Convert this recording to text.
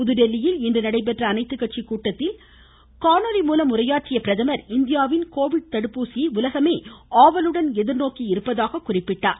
புதுதில்லியில் இன்று நடைபெற்ற அனைத்து கட்சி கூட்டத்தில் காணொலி மூலம் உரையாற்றிய அவர் இந்தியாவின் கோவிட் தடுப்பூசியை உலகமே ஆவலுடன் எதிர்நோக்கியிருப்பதாக குறிப்பிட்டார்